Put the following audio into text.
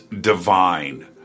divine